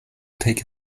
take